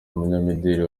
umunyamideli